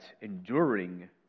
enduring